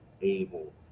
able